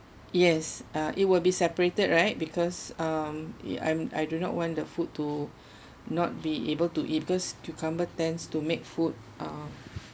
yes uh it will be separated right because um I'm I I do not want the food to not be able to eat because cucumber tends to make food uh